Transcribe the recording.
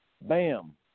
Bam